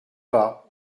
pas